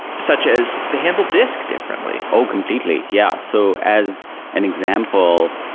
such as they handle disk differently oh, completely. yeah. so as an example,